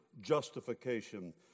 justification